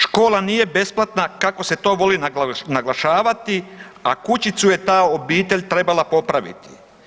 Škola nije besplatna kako se to voli naglašavati, a kućicu je ta obitelj trebala popraviti.